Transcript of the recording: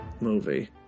movie